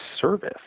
service